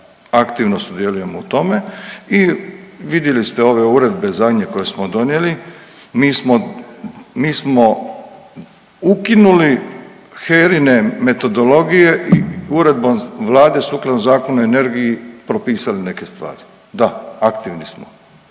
aktivno sudjelujemo u tome i vidjeli ste ove uredbe zadnje koje smo donijeli, mi smo, mi smo ukinuli HERA-ine metodologije i uredbom vlade sukladno Zakonu o energiji propisali neke stvari, da aktivni smo.